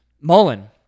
Mullen